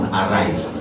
arise